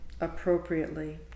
appropriately